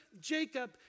Jacob